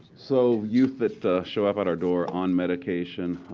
so youth that show up at our door on medication,